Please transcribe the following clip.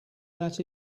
that